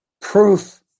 proof